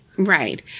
Right